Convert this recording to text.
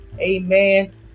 amen